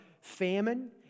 famine